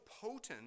potent